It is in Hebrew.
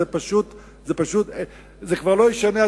זה כבר לא ישנה,